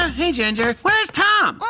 ah hey, ginger. where's tom? ooo!